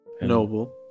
Noble